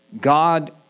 God